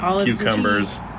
Cucumbers